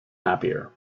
happier